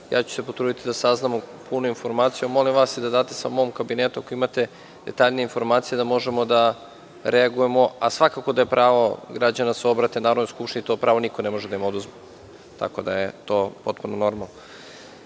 banke. Potrudiću se da saznam punu informaciju. Molim vas da predate u mom kabinetu, ako imate detaljnije inforamcije, da možemo da reagujemo. Svakako da je pravo građana da se obrate Narodnoj skupštini. To pravo niko ne može da im oduzme, tako da je to potpuno normalno. Reč